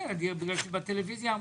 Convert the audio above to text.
התקשרויות בנושא תפעול,